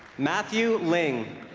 matthew lyng